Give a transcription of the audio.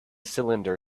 cylinder